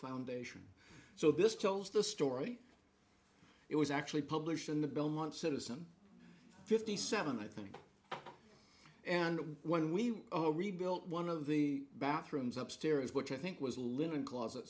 foundation so this tells the story it was actually published in the belmont citizen fifty seven i think and when we rebuilt one of the bathrooms up stairs which i think was a linen closet